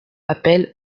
appel